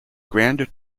grand